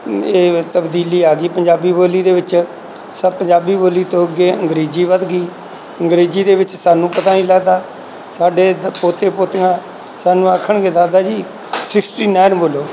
ਇਹ ਤਬਦੀਲੀ ਆ ਗਈ ਪੰਜਾਬੀ ਬੋਲੀ ਦੇ ਵਿੱਚ ਸਭ ਪੰਜਾਬੀ ਬੋਲੀ ਤੋਂ ਅੱਗੇ ਅੰਗਰੇਜ਼ੀ ਵੱਧ ਗਈ ਅੰਗਰੇਜ਼ੀ ਦੇ ਵਿੱਚ ਸਾਨੂੰ ਪਤਾ ਨਹੀਂ ਲੱਗਦਾ ਸਾਡੇ ਪੋਤੇ ਪੋਤੀਆਂ ਸਾਨੂੰ ਆਖਣਗੇ ਦਾਦਾ ਜੀ ਸਿਕਸਟੀ ਨਾਈਨ ਬੋਲੋ